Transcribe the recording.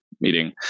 meeting